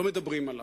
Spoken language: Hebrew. לא מדברים עליו.